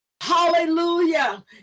hallelujah